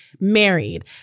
married